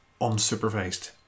unsupervised